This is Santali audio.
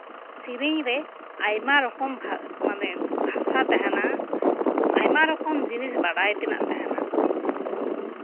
ᱥᱮᱨᱮᱧ ᱨᱮ ᱟᱭᱢᱟ ᱨᱚᱠᱚᱢ ᱢᱟᱱᱮ ᱵᱷᱟᱥᱟ ᱛᱟᱦᱮᱸᱱᱟ ᱟᱭᱢᱟ ᱨᱚᱠᱚᱢ ᱡᱤᱱᱤᱥ ᱵᱟᱰᱟᱭ ᱛᱮᱱᱟᱜ ᱛᱟᱦᱮᱱᱟ